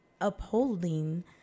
upholding